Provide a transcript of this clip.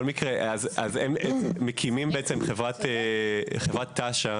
חברת תש"ן